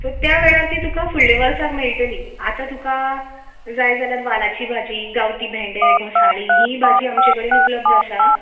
so त्या वेळार ती तुका फुडले वर्साक मेळटली आतां तुका जाय जाल्यार वालाची भाजी गांवठी भेंडे घोसाळीं ही भाजी आमचे कडेन उपलब्ध आसा